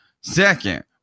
Second